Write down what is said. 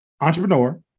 Entrepreneur